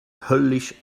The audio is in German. höllisch